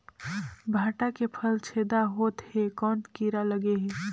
भांटा के फल छेदा होत हे कौन कीरा लगे हे?